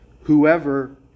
whoever